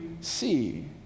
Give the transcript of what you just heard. see